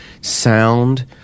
sound